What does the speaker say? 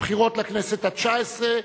הבחירות לכנסת התשע-עשרה,